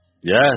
Yes